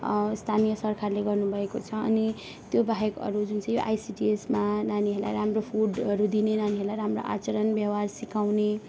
स्थानीय सरकारले गर्नुभएको छ अनि त्यो बाहेक अरू जुन चाहिँ आइसिडिएसमा नानीहरूलाई राम्रो फुडहरू दिने नानीहरूलाई राम्रो आचरण व्यवहार सिकाउने